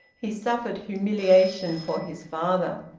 he suffered humiliation for his father.